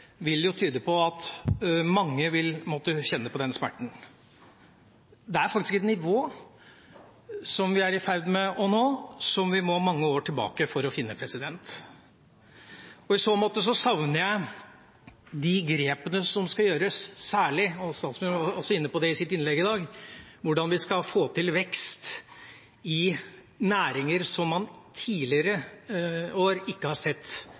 vil måtte kjenne på den smerten. Det er faktisk et nivå vi er i ferd med å nå, som vi må mange år tilbake for å finne. I så måte savner jeg de grepene som skal gjøres, særlig – og statsministeren var jo også inne på det i sitt innlegg i dag – hvordan vi skal få til vekst i næringer som man tidligere år ikke har sett